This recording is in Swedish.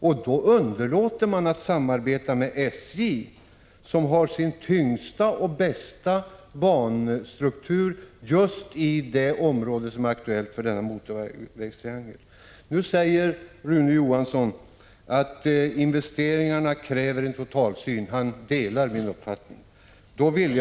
Vägverket underlåter att samarbeta med SJ, som har sin tyngsta och bästa banstruktur just i det område som är aktuellt för denna motorvägstriangel. Nu säger Rune Johansson att investeringarna kräver en totalsyn. Han Prot. 1985/86:142 delar alltså min uppfattning.